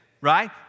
right